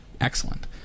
excellent